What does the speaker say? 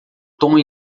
tom